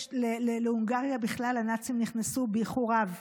להונגריה בכלל הנאצים נכנסו באיחור רב,